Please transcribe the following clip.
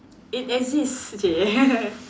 it exist !chey!